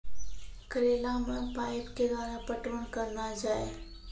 करेला मे पाइप के द्वारा पटवन करना जाए?